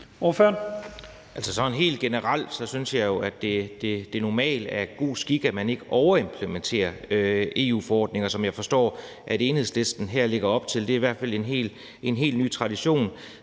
helt generelt synes jeg jo at det er god skik, at man ikke overimplementerer EU-forordninger, hvad jeg forstår at Enhedslisten her lægger op til. Det vil i hvert fald være en helt ny tradition.